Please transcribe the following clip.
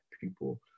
people